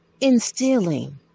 instilling